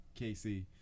KC